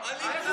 הליכוד,